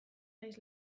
nahiz